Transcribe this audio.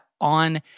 on